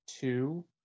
two